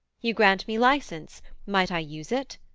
you grant me license might i use it?